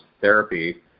therapy